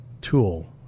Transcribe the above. tool